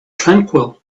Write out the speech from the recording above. tranquil